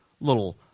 little